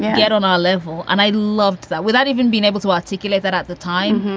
get on our level. and i loved that without even being able to articulate that at the time.